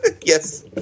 Yes